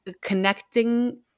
connecting